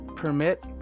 Permit